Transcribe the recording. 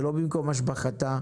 זה לא במקום השבחתה,